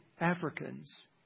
Africans